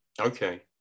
Okay